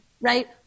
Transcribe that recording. right